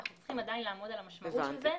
אנחנו צריכים עדיין לעמוד על המשמעות של זה.